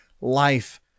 life